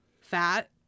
fat